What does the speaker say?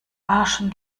barschen